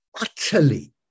utterly